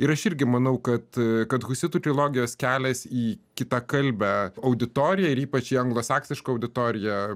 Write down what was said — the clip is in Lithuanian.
ir aš irgi manau kad kad husitų trilogijos kelias į kitakalbę auditoriją ir ypač į anglosaksišką auditoriją